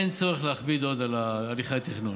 אין צורך להכביד עוד על הליכי התכנון.